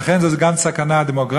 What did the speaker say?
לכן זו גם סכנה דמוגרפית,